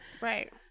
right